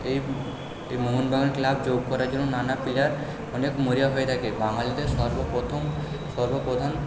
এই মোহনবাগান ক্লাব যোগ করার জন্য নানা প্লেয়ার অনেক মরিয়া হয়ে থাকে বাঙালিদের সর্বপ্রথম সর্বপ্রধান